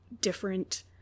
different